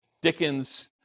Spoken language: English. Dickens